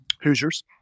Hoosiers